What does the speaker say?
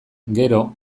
gero